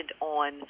on